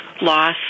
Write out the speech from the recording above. loss